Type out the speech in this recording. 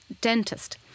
dentist